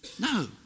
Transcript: No